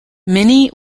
many